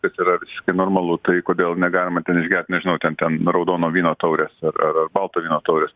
tas yra visiškai normalu tai kodėl negalima ten išgert nežinau ten ten raudono vyno taurės ar ar ar balto vyno taurės